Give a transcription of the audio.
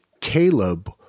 Caleb